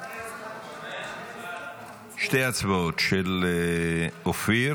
שתי הצבעות: של אופיר